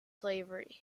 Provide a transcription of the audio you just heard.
slavery